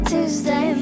Tuesday